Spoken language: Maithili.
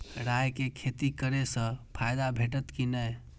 राय के खेती करे स फायदा भेटत की नै?